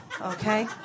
okay